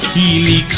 e